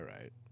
right